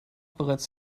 bereits